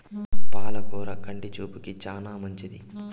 పాల కూర కంటి చూపుకు చానా మంచిది